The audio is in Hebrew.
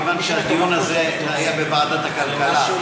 כיוון שהדיון הזה היה בוועדת הכלכלה.